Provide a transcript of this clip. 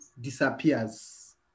disappears